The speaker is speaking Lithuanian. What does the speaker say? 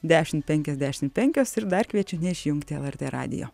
dešimt penkiasdešimt penkios ir dar kviečiu neišjungti lrt radijo